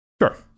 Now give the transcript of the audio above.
Sure